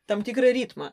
tam tikrą ritmą